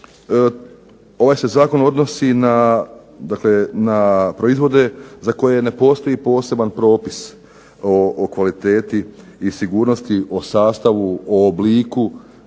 ovaj se zakon odnosi na proizvode za koje ne postoji poseban propis o kvaliteti i sigurnosti o sastavu, o obliku,